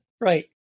right